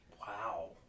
Wow